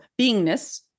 beingness